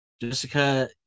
Jessica